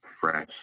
Fresh